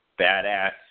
badass